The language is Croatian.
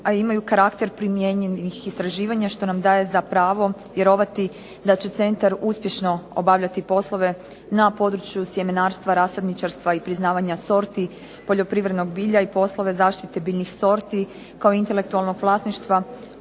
a imaju karakter primjenjivih istraživanja što nam daje za pravo vjerovati da će centar uspješno obavljati poslove na području sjemenarstva, rasadničarstva i priznavanja sorti poljoprivrednog bilja i poslove zaštite biljnih sorti kao intelektualnog vlasništva